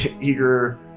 eager